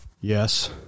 yes